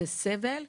זה סבל,